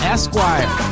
Esquire